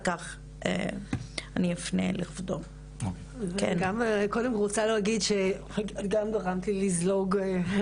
אני קודם רוצה להגיד לקים שגם גרמת לי לזלוג.